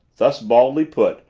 thus baldly put,